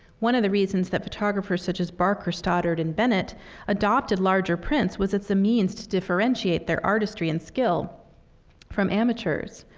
one of the reasons that photographers such as barker, stoddard, and bennett adopted larger prints was as a means to differentiate their artistry and skill from amateurs.